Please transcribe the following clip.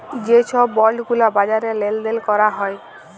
যে ছব বল্ড গুলা বাজারে লেল দেল ক্যরা হ্যয়